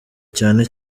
cyane